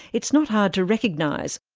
it's not hard to recognise.